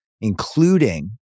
including